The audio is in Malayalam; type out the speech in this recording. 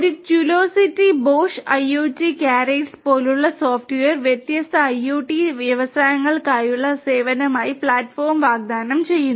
ഒരു Cuulocity Bosch IoT Carriots പോലുള്ള സോഫ്റ്റ്വെയർ വ്യത്യസ്ത IoT വ്യവസായങ്ങൾക്കുള്ള സേവനമായി പ്ലാറ്റ്ഫോം വാഗ്ദാനം ചെയ്യുന്നു